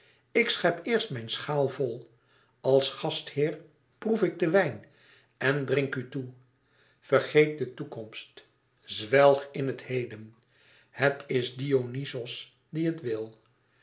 ik schep eerst mijn schaal vol als gastheer proef ik den wijn en drink u toe vergeet de toekomst zwelg in het heden het is dionyzos die het wil